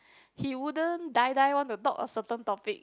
he wouldn't die die want to talk a certain topic